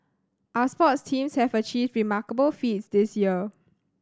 our sports teams have achieved remarkable feats this year